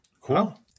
Cool